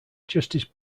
justice